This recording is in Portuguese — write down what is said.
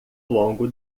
longo